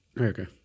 Okay